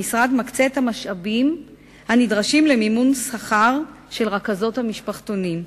המשרד מקצה את המשאבים הנדרשים למימון שכר של רכזות המשפחתונים,